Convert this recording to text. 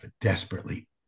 desperately